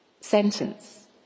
sentence